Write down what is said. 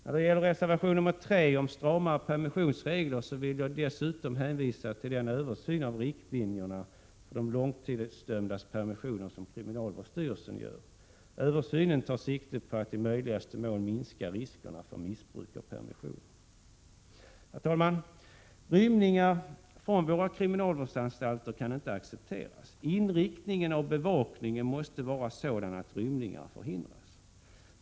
När det gäller reservation 3 om stramare permissionsregler vill jag dessutom hänvisa till den översyn av riktlinjerna för de långtidsdömdas permissioner som kriminalvårdsstyrelsen gör. Där tar man sikte på att i möjligaste mån minska riskerna för missbruk av permissioner. Herr talman! Rymningar från våra kriminalvårdsanstalter kan inte accepteras. Inriktningen av bevakningen måste vara sådan att rymningar förhindras.